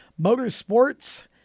motorsports